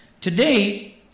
Today